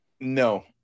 No